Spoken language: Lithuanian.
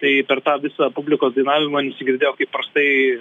tai per tą visą publikos dainavimą nesigirdėjo kaip prastai